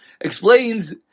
explains